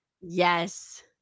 yes